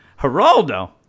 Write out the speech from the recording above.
Geraldo